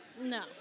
no